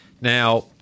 Now